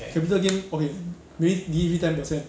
capital gain okay maybe 你一粒 ten percent